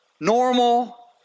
normal